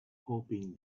hoping